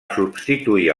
substituir